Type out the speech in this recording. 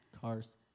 Cars